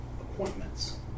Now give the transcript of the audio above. appointments